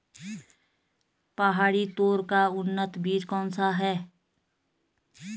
पहाड़ी तोर का उन्नत बीज कौन सा है?